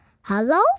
Hello